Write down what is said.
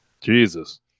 Jesus